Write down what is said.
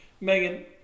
Megan